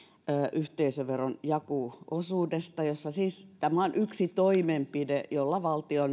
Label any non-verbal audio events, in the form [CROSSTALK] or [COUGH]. yhteisöveron jako osuudesta tämä on yksi toimenpide jolla valtio [UNINTELLIGIBLE]